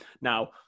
Now